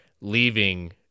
leaving